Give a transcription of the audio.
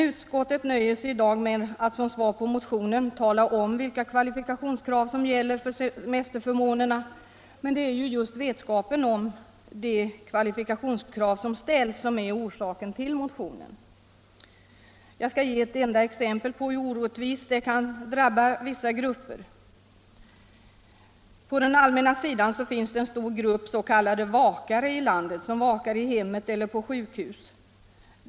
Utskottet nöjer sig i dag med att som svar på motionen tala om vilka kvalifikationskrav som gäller för semesterförmånerna, men det är ju just vetskapen om de kvalifikationskrav som ställs som är orsak till motionen. Jag skall ge ett enda exempel på hur orättvist det kan drabba vissa grupper. På den allmänna sidan finns det här i landet en stor grupp s.k. vakare, dvs. människor som vakar i hemmet eller på sjukhus.